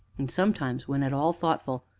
and sometimes, when at all thoughtful,